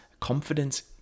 confidence